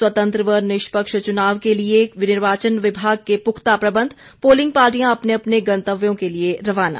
स्वतंत्र व निष्पक्ष चुनाव के लिए निर्वाचन विभाग के पुख्ता प्रबंध पोलिंग पार्टियां अपने अपने गतंव्यों के लिए रवाना